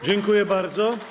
Dziękuję bardzo.